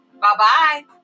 Bye-bye